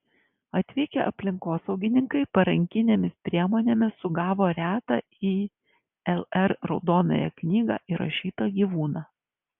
atvykę aplinkosaugininkai parankinėmis priemonėmis sugavo retą į lr raudonąją knygą įrašytą gyvūną